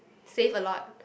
save a lot